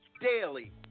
daily